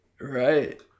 Right